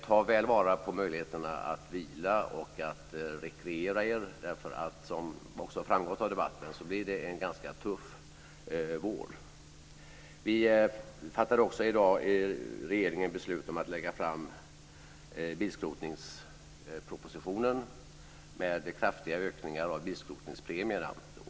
Ta väl vara på möjligheterna att vila och att rekreera er, därför att det blir, som också har framgått av debatten, en ganska tuff vår. Vi fattade i regeringen i dag också beslut om att lägga fram bilskrotningspropositionen, med kraftiga ökningar av bilskrotningspremierna.